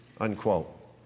unquote